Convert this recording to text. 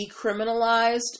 decriminalized